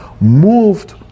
moved